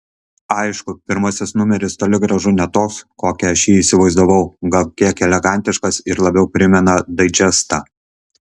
aišku pirmasis numeris toli gražu ne toks kokį aš jį įsivaizduoju gal kiek eklektiškas ir labiau primena daidžestą